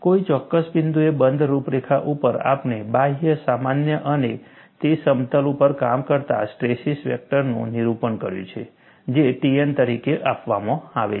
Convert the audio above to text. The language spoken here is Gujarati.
કોઈ ચોક્કસ બિંદુએ બંધ રૂપરેખા ઉપર આપણે બાહ્ય સામાન્ય અને તે સમતલ ઉપર કામ કરતા સ્ટ્રેસીસ વેક્ટરનું નિરૂપણ કર્યું છે જે Tn તરીકે આપવામાં આવે છે